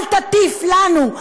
אל תטיף לנו,